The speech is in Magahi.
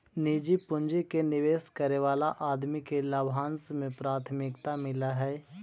निजी पूंजी के निवेश करे वाला आदमी के लाभांश में प्राथमिकता मिलऽ हई